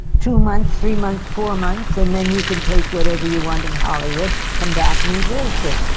two months, three months, four months, and then you can take whatever you want in hollywood, come back and reverse it.